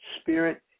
Spirit